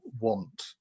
want